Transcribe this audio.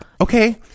okay